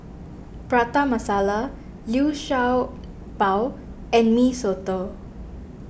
Prata Masala Liu Sha Bao and Mee Soto